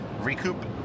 recoup